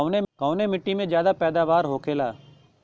कवने मिट्टी में ज्यादा पैदावार होखेला?